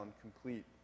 complete